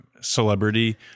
celebrity